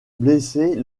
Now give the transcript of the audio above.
blessée